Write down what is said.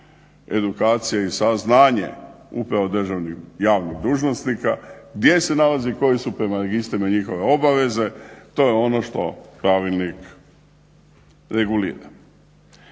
Edukacija i saznanje upravo državnih javnih dužnosnika gdje se nalazi, koji su prema registrima njihove obaveze. To je ono što Pravilnik regulira.